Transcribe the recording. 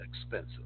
expensive